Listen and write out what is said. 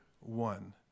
one